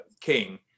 king